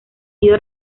sido